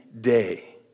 day